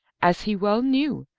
as he well knew,